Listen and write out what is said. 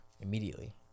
Immediately